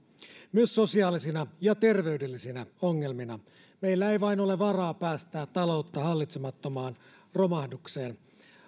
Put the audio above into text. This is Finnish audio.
myös sosiaalisina ja terveydellisinä ongelmina meillä vain ei ole varaa päästää taloutta hallitsemattomaan romahdukseen